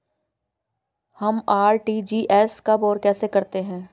हम आर.टी.जी.एस कब और कैसे करते हैं?